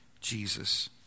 Jesus